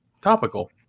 topical